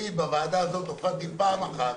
אני בוועדה הזו הופעתי פעם אחת,